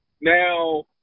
Now